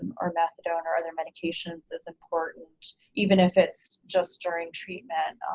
um or methadone or other medications is important even if it's just during treatment,